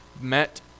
met